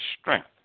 strength